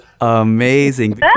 amazing